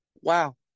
Wow